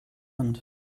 hand